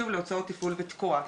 בוקר טוב.